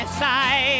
side